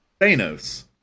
Thanos